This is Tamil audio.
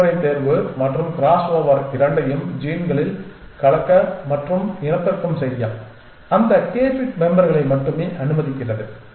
செயல்முறை தேர்வு மற்றும் கிராஸ்ஓவர் இரண்டையும் ஜீன்ஸ்களில் கலக்க மற்றும் இனப்பெருக்கம் செய்ய அந்த கே ஃபிட் மெம்பர்களை மட்டுமே அனுமதிக்கிறது